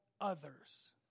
others